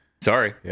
sorry